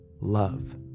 Love